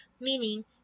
meaning